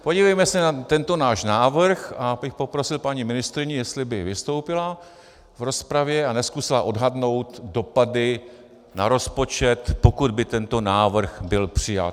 Podívejme se na tento náš návrh a já bych poprosil paní ministryni, jestli by vystoupila v rozpravě a nezkusila odhadnout dopady na rozpočet, pokud by tento návrh byl přijat.